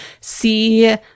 see